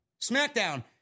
SmackDown